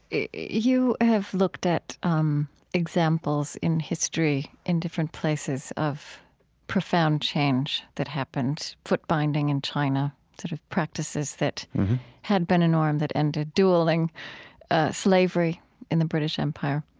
you have looked at um examples in history in different places of profound change that happened foot binding in china, sort of practices that had been a norm that ended dueling slavery in the british empire.